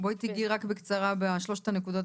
בואי תגעי בקצרה בשלוש הנקודות